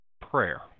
prayer